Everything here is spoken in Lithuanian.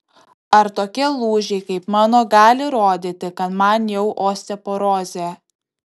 ar tokie lūžiai kaip mano gali rodyti kad man jau osteoporozė